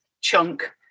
chunk